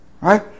right